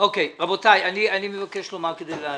רבותיי, אני מבקש לומר כדלהלן,